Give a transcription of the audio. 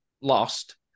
lost